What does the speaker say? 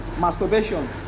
masturbation